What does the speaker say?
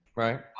right.